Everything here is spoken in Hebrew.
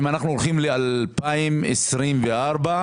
אם אנחנו הולכים ל-2024 אנחנו